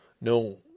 no